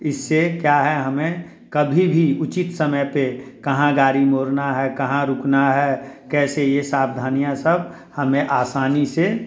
इससे क्या है हमें कभी भी उचित समय पर कहाँ गाड़ी मोड़ना है कहाँ रुकना है कैसे ये सावधानियाँ सब हमें आसानी से